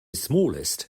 smallest